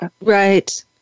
Right